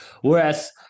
whereas